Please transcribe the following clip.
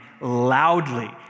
loudly